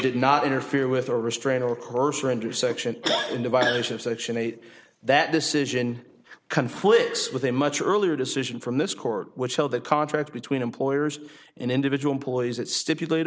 did not interfere with or restrain or curse or intersection in violation of section eight that decision conflicts with a much earlier decision from this court which held the contract between employers and individual employees it stipulate